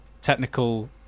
technical